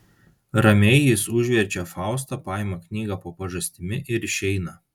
ramiai jis užverčia faustą paima knygą po pažastimi ir išeina